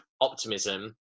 optimism